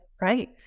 right